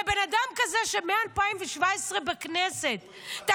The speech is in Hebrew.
ובן אדם כזה שמ-2017 בכנסת --- הוא התפטר בגלל זה.